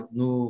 no